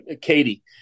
Katie